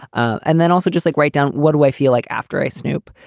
and then also just like write down what do i feel like after i snoop?